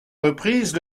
reprises